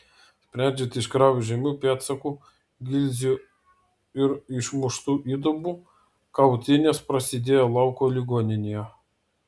sprendžiant iš kraujo žymių pėdsakų gilzių ir išmuštų įdubų kautynės prasidėjo lauko ligoninėje